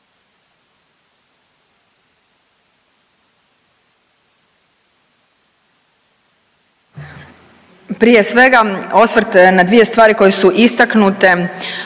Prije svega osvrt na dvije stvari koje su istaknute